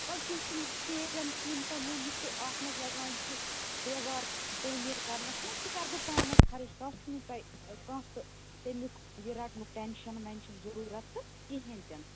ولہٕ کیٚنہہ چھُنہ سیٚرین سیٖمٹن ہُند یِتہِ اتھ منٛز لگان چھُ دیٚوار تعامیٖر کَرنٛس منٛز سہُ کَرٕ بہٕ پانےٛ خرٕچ تَتھ چھُو نہٕ تۄہہِ کانٛہہ تہٕ تمیُکۍ یہِ رَٹنُکۍ ٹیٚنشن ویٚنشن ضروٗرت کِہنۍ تِنہٕ